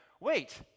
wait